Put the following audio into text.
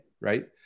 right